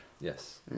Yes